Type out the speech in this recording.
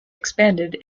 expanded